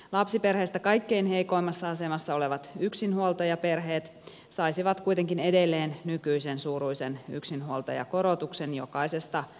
lapsiperheistä kaikkein heikoimmassa asemassa olevat yksinhuoltajaperheet saisivat kuitenkin edelleen nykyisen suuruisen yksinhuoltajakorotuksen jokaisesta lapsesta